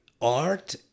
art